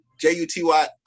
j-u-t-y